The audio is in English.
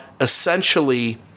essentially